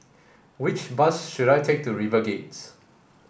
which bus should I take to RiverGate